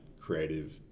creative